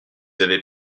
avez